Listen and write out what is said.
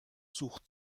sucht